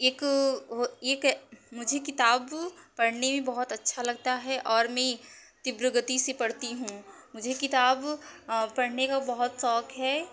एक मुझे किताब पढ़ने में बहुत अच्छा लगता है और मैं तीव्रगति से पढ़ती हूँ मुझे किताब पढ़ने का बहुत शौक़ है